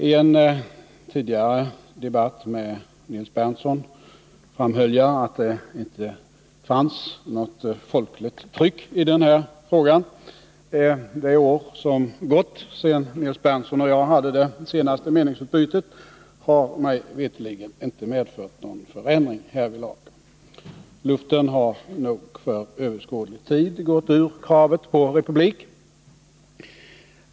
I en tidigare debatt med Nils Berndtson framhöll jag att det inte fanns något folkligt tryck i den här frågan. Det år som gått sedan Nils Berndtson och jag hade det senaste meningsutbytet har mig veterligen inte medfört någon förändring härvidlag. 93 Luften har nog för överskådlig tid gått ur kravet på republik.